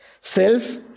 Self